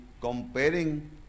comparing